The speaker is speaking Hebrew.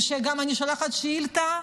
ואני גם שולחת שאילתה,